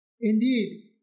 Indeed